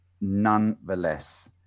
nonetheless